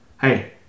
Hey